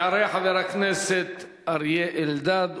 יעלה חבר הכנסת אריה אלדד,